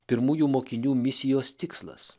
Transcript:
pirmųjų mokinių misijos tikslas